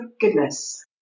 goodness